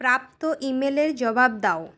প্রাপ্ত ইমেলের জবাব দাও